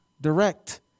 direct